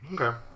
Okay